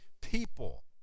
people